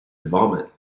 vomit